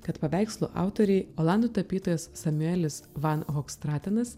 kad paveikslų autoriai olandų tapytojas samuelis van hokstratenas